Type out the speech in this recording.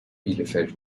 bielefeld